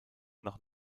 nach